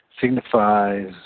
signifies